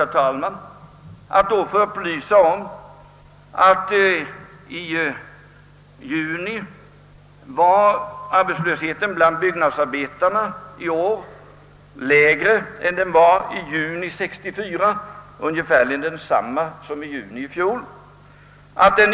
Jag vill då upplysa om att i juni i år var arbetslösheten bland byggnadsarbetarna lägre än samma månad 1964 och ungefär densamma som i juni i fjol.